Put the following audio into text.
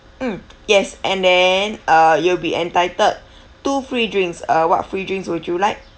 mm yes and then uh you'll be entitled two free drinks uh what free drinks would you like